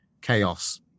chaos